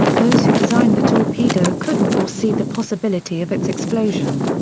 those who designed the torpedo couldn't foresee the possibility of its explosion.